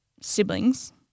siblings